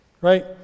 right